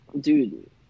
dude